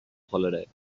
holiday